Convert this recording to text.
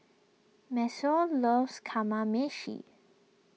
Maceo loves Kamameshi